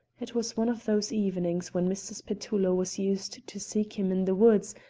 it was one of those evenings when mrs. petullo was used to seek him in the woods,